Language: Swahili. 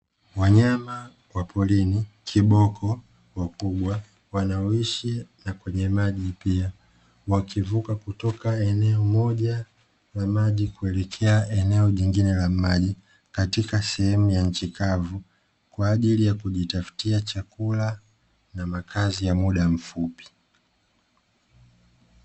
Wanyama wa porini kiboko wakubwa wanaoishi na kwenye maji, pia wakivuka kutoka eneo moja la maji kuelekea eneo jingine la maji katika sehemu ya nchi kavu, kwa ajili ya kujitafutia chakula na makazi ya muda mfupi.